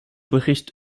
bericht